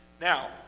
Now